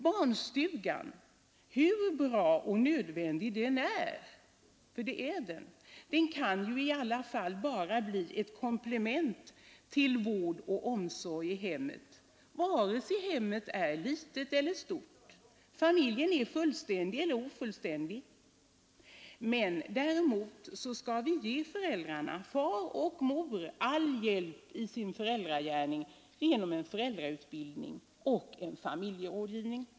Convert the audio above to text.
Barnstugan, hur bra och nödvändig den än är — för det är den — kan i alla fall bara bli ett komplement till vård och omsorg i hemmet, vare sig detta är litet eller stort, familjen är fullständig eller ofullständig. Däremot skall vi ge föräldrarna, far och mor, all hjälp i deras föräldragärning genom föräldrautbildning och familjerådgivning.